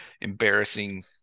embarrassing